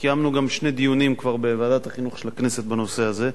קיימנו כבר גם שני דיונים בוועדת החינוך של הכנסת בנושא הזה,